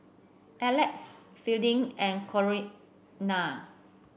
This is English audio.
Alex Fielding and Corinna